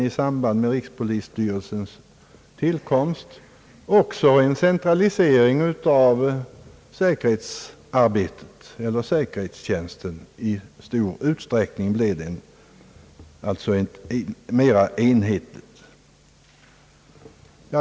I samband med rikspolisstyrelsens tillkomst skedde också en mera markerad centralisering av säkerhetstjänsten. Det fordrades någon tid för att komma fram till hur den centrala säkerhetsavdelningen skulle organiseras.